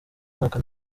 umwaka